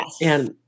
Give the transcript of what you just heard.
yes